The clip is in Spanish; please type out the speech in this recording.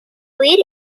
huir